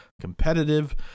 competitive